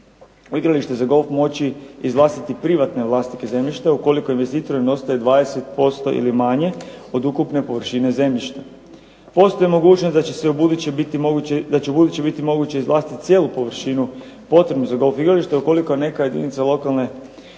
igralište za golf moći izvlastite privatne vlasnike zemljišta ukoliko investitorima ostaje 20% ili manje od ukupne površine zemljišta. Postoji mogućnost da će ubuduće biti moguće izvlastiti cijelu površinu potrebnu za golf igralište ukoliko neka jedinica lokalne